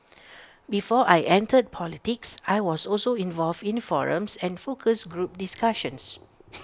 before I entered politics I was also involved in the forums and focus group discussions